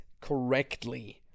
correctly